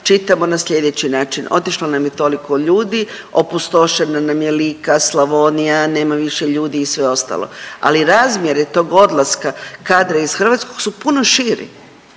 čitamo na slijedeći način, otišlo nam je toliko ljudi, opustošena nam je Lika, Slavonija, nema više ljudi i sve ostalo, ali razmjere tog odlaska kadra iz Hrvatske su puno širi,